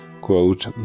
quote